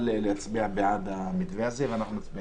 להצביע בעד המתווה הזה ואנחנו נצביע